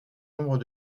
nombre